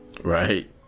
Right